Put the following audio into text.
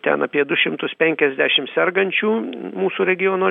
ten apie du šimtus penkiasdešim sergančių mūsų regiono